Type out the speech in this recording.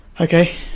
Okay